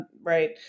right